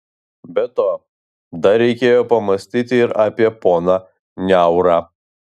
be to dar reikėjo pamąstyti ir apie poną niaurą